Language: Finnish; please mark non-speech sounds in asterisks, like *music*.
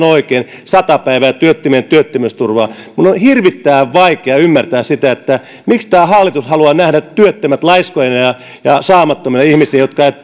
*unintelligible* oikein sata päivää työttömien työttömyysturvaa minun on hirvittävän vaikea ymmärtää sitä miksi tämä hallitus haluaa nähdä työttömät laiskoina ja ja saamattomina ihmisinä jotka eivät *unintelligible*